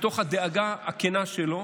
מתוך הדאגה הכנה שלו